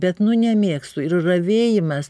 bet nu nemėgstu ir ravėjimas